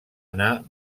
anar